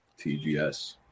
TGS